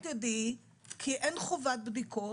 ברוב המקרים תדעי כי אין חובת בדיקות.